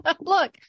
look